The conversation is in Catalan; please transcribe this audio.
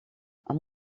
amb